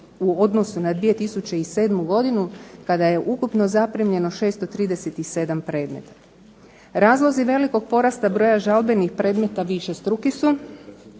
u odnosu na 2007. godinu kada je ukupno zaprimljeno 637 predmeta. Razlozi velikog porasta broja žalbenih predmeta višestruki su.